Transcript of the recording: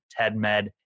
TEDMED